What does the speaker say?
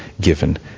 given